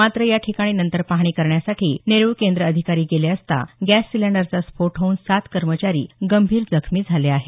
मात्र या ठिकाणी नंतर पहाणी करण्यासाठी नेरूळ केंद्र अधिकारी गेले असता गॅस सिलेंडरचा स्फोट होऊन सात कर्मचारी गंभीर जखमी झाले आहेत